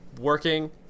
working